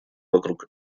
вокруг